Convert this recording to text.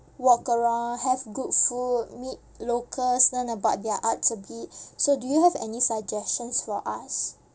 walk around have good food meet locals learn about their arts a bit so do you have any suggestions for us